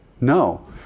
No